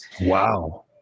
Wow